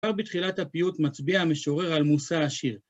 כבר בתחילת הפיוט מצביע המשורר על מושא השיר.